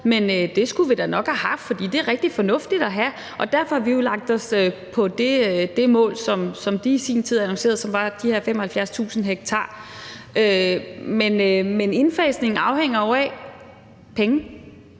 men det skulle vi da nok have haft, for det er rigtig fornuftigt at have. Derfor har vi jo lagt os på det mål, som de i sin tid annoncerede, og som var de her 75.000 ha. Men indfasningen afhænger jo af penge,